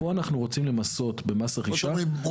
פה אנחנו רוצים למסות במס רכישה --- פה אתם אומרים,